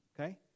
Okay